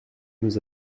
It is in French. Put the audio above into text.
nous